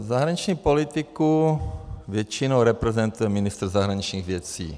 Zahraniční politiku většinou reprezentuje ministr zahraničních věcí.